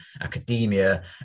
academia